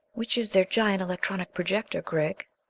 which is their giant electronic projector, gregg?